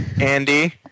Andy